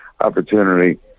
opportunity